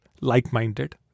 like-minded